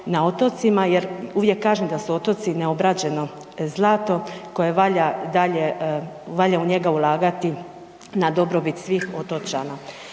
na otocima jer uvijek kažem da su otoci neobrađeno zlato u koje valja u njega ulagati na dobrobiti svih otočana.